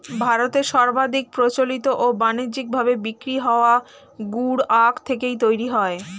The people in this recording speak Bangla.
ভারতে সর্বাধিক প্রচলিত ও বানিজ্যিক ভাবে বিক্রি হওয়া গুড় আখ থেকেই তৈরি হয়